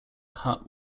hut